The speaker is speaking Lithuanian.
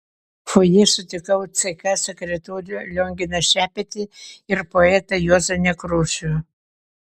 fojė sutikau ck sekretorių lionginą šepetį ir poetą juozą nekrošių